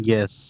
Yes